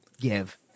give